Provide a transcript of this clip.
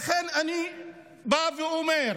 לכן אני בא ואומר: